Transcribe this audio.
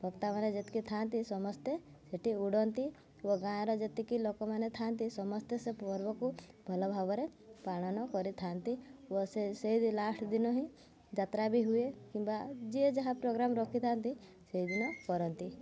ଭୋକ୍ତାମାନେ ଯେତିକି ଥାଆନ୍ତି ସମସ୍ତେ ସେଇଠି ଉଡ଼ନ୍ତି ଓ ଗାଁର ଯେତିକି ଲୋକମାନେ ଥାଆନ୍ତି ସମସ୍ତେ ସେ ପର୍ବକୁ ଭଲ ଭାବରେ ପାଳନ କରିଥାନ୍ତି ଓ ସେ ସେଇ ଲାଷ୍ଟ୍ ଦିନ ହିଁ ଯାତ୍ରା ବି ହୁଏ କିମ୍ବା ଯିଏ ଯାହା ପୋଗ୍ରାମ୍ ରଖିଥାନ୍ତି ସେଇଦିନ କରନ୍ତି